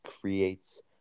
creates